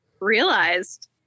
realized